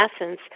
essence